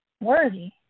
worthy